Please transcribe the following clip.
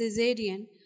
cesarean